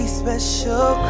special